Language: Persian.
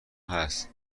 هست